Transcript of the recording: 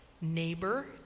neighbor